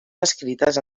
descrites